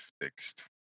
fixed